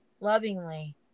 lovingly